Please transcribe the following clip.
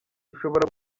ishobora